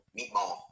Meatball